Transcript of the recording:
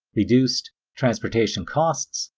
reduced transportation costs,